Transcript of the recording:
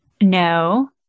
No